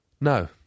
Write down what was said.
No